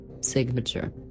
Signature